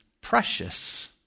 precious